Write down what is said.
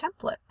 template